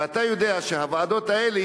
ואתה יודע שהוועדות האלה,